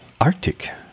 Arctic